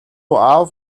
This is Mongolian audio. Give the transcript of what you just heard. аав